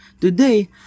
today